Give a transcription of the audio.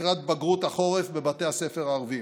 לקראת בגרות החורף בבתי הספר הערביים.